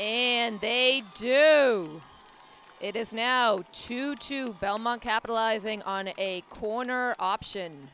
and they do it is now to two belmont capitalizing on a corner option